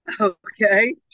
Okay